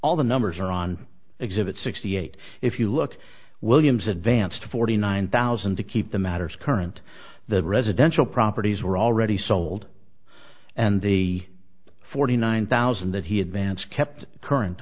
all the numbers are on exhibit sixty eight if you look williams advanced forty nine thousand to keep the matters current the residential properties were already sold and the forty nine thousand that he had vance kept current